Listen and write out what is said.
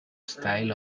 style